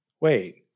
wait